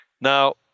Now